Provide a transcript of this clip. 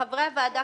חברי הוועדה,